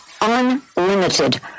unlimited